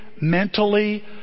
mentally